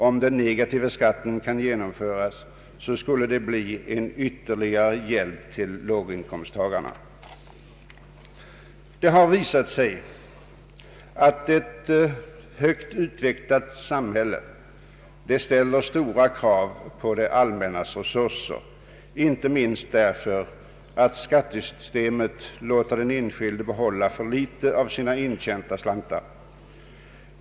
Om den negativa skatten kan genomföras skulle det bli till gagn för låginkomsttagarna. Det har visat sig att ett högt utvecklat samhälle ställer stora krav på det allmännas resurser, inte minst därför att skattesystemet låter den enskilde behålla för litet av sina intjänta slantar.